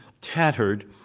tattered